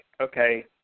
Okay